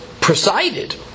presided